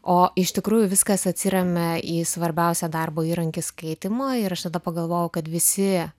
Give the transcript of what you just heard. o iš tikrųjų viskas atsiremia į svarbiausią darbo įrankį skaitymą ir aš tada pagalvojau kad visi